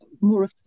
more